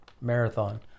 marathon